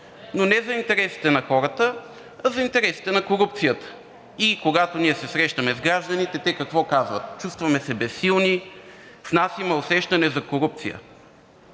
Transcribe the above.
но не за интересите на хората, а за интересите на корупцията и когато ние се срещаме с гражданите, те какво казват: „Чувстваме се безсилни, в нас има усещане за корупция.“